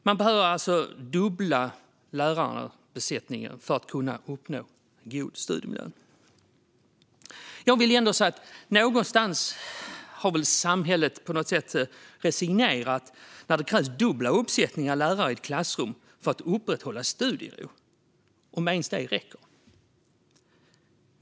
Man behöver alltså dubbla lärarbesättningen för att uppnå en god studiemiljö. Någonstans har väl samhället resignerat när det krävs dubbla uppsättningar lärare i ett klassrum för att upprätthålla studieron - om ens det räcker.